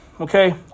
Okay